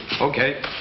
Okay